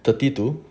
thirty to